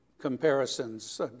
comparisons